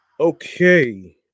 Okay